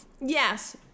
Yes